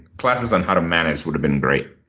classes on how to manage would have been great.